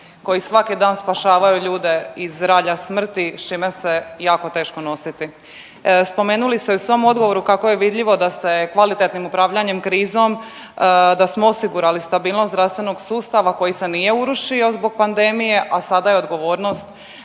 koji svaki dan spašavaju ljude iz ralja smrti s čime se jako teško nositi. Spomenuli ste u svom odgovoru kako je vidljivo da se kvalitetnim upravljanjem krizom, da smo osigurali stabilnost zdravstvenog sustava koji se nije urušio zbog pandemije, a sada je odgovornost